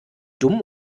dumm